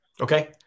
Okay